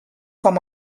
com